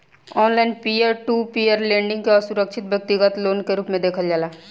online peer to peer lending के असुरक्षित व्यतिगत लोन के रूप में देखल जाला